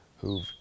who've